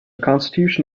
constitution